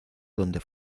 donde